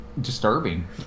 disturbing